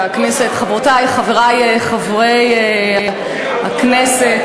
חברי חברי הכנסת,